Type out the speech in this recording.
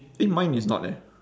eh mine is not leh